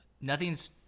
nothing's